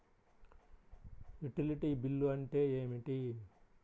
Utility bill అంటే ఏమిటి?